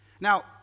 Now